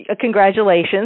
Congratulations